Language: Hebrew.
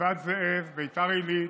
גבעת זאב, ביתר עילית,